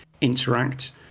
interact